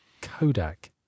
Kodak